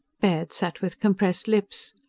baird sat with compressed lips.